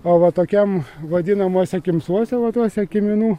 o va tokiam vadinamuose kimsuose va tuose kiminų